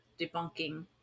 debunking